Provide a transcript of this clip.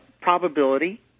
probability